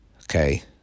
okay